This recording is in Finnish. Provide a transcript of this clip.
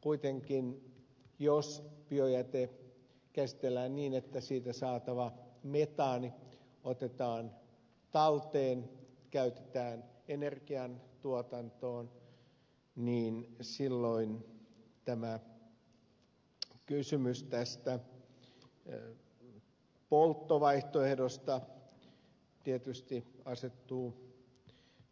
kuitenkin jos biojäte käsitellään niin että siitä saatava metaani otetaan talteen käytetään energian tuotantoon niin silloin tämä kysymys polttovaihtoehdosta tietysti asettuu